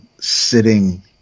sitting